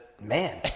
man